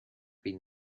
been